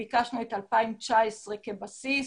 ביקשנו את 2019 כבסיס.